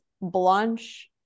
Blanche